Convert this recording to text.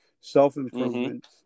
self-improvement